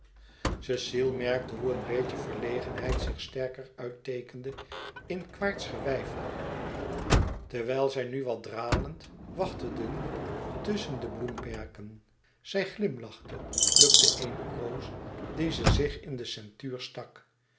cecile merkte hoe een beetje verlegenheid zich sterker uitteekende in quaerts geweifel terwijl zij nu wat dralend wachteden tusschen de bloemenperken zij glimlachte plukte eene roos die ze zich in den ceintuur stak